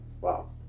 Wow